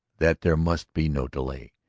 that there must be no delay.